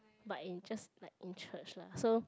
but in just like in church lah so